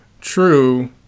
true